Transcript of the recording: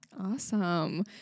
Awesome